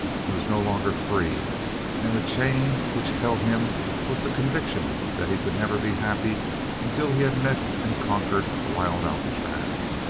he was no longer free and the chain which held him was the conviction that he could never be happy until he had met and conquered wild alcatraz,